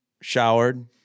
showered